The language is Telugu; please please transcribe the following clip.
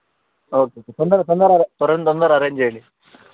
ఓకే సార్ తొందర తొందరగా రావాలి తొందర తొందరగా అరేంజ్ చేయండి